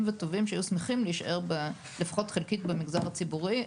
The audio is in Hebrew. וטובים שהיו שמחים להישאר לפחות חלקית במגזר הציבורי,